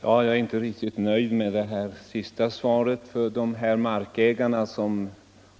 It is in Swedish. Herr talman! Jag är inte riktigt nöjd med det senaste svaret. För de 93 markägare som